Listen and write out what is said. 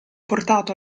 portato